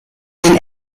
den